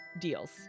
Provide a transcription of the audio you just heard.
deals